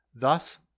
Thus